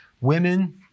Women